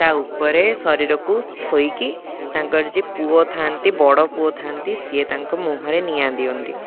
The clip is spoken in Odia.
ତା' ଉପରେ ଶରୀରକୁ ଥୋଇକି ତାଙ୍କର ଯିଏ ପୁଅ ଥାଆନ୍ତି ବଡ଼ ପୁଅ ଥାଆନ୍ତି ସିଏ ତାଙ୍କ ମୁହଁରେ ନିଆଁ ଦିଅନ୍ତି